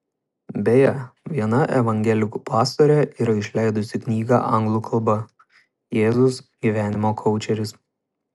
beje viena evangelikų pastorė yra išleidusi knygą anglų kalba jėzus gyvenimo koučeris